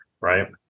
right